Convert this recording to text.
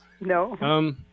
No